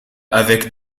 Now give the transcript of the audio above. avec